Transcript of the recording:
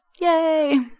yay